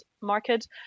market